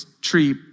tree